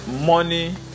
Money